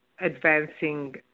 advancing